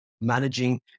managing